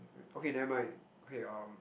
okay never mind okay um